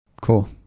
Cool